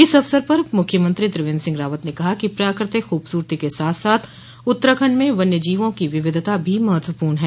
इस अवसर पर मुख्यमंत्री त्रिवेन्द्र सिंह रावत ने कहा कि प्रकृतिक खूबसूरती के साथ साथ उत्तराखण्ड में वन्य जीवों की विविधता भी महत्वपूर्ण है